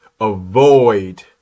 avoid